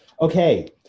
Okay